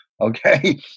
okay